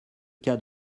cas